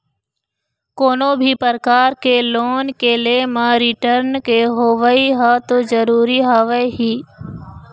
कोनो भी परकार के लोन के ले म रिर्टन के होवई ह तो जरुरी हवय ही